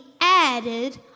added